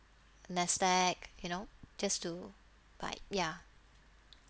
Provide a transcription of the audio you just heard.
NASDAQ you know just to buy ya